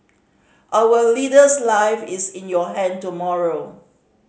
our leader's life is in your hand tomorrow